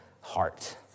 heart